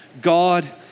God